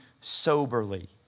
soberly